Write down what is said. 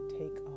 take